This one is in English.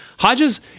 Hodges